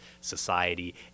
society